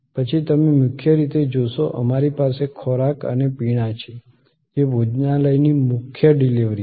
પછી તમે મુખ્ય રીતે જોશો અમારી પાસે ખોરાક અને પીણા છે જે ભોજનાલયની મુખ્ય ડિલિવરી છે